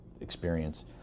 experience